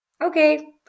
okay